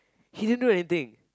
he didn't do anything